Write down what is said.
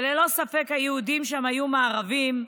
וללא ספק היהודים היו מערביים,